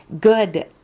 good